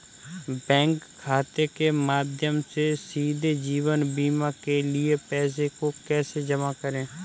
Bank खाते के माध्यम से सीधे जीवन बीमा के लिए पैसे को कैसे जमा करें?